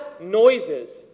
noises